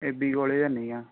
ਏ B college ਹੈ ਨਹੀਂ ਆ